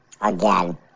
again